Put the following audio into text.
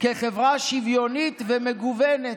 כחברה שוויונית ומגוונת".